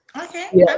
Okay